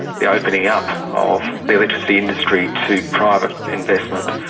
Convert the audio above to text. the opening up of the electricity industry to private investment,